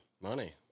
money